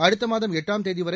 அடுத்த மாதம் எட்டாம் தேதி வரை